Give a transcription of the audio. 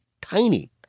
tiny